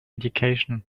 education